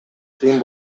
кыйын